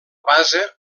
base